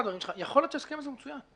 להיות שההסכם הזה הוא מצוין.